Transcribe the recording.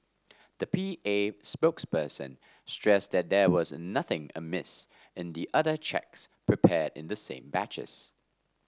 the P A spokesperson stressed that there was nothing amiss in the other cheques prepared in the same batches